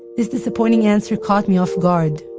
this disappointing answer caught me off guard.